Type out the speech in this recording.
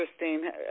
interesting